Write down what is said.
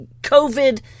COVID